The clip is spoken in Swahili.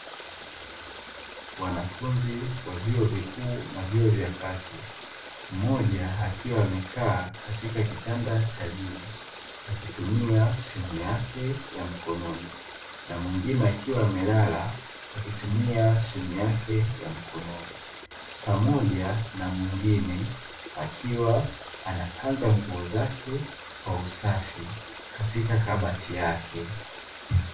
Wanafunzi wa vyuo vyuo vikuu na vyuo vya kati, mmoja akiwa amekaa katika kitanda cha juu akitumia simu yake ya mkononi, na mwingine akiwa amelala akitumia simu yake ya mkononi pamoja na mwingine akiwa anapanga nguo zake kwa usafi katika kabati lake.